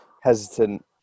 hesitant